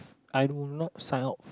I would not sign up